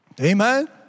Amen